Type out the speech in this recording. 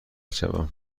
شوم